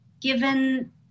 Given